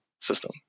system